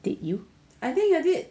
did you